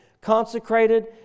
consecrated